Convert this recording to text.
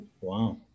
wow